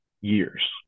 years